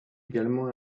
également